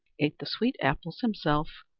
ate the sweet apples himself,